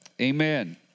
amen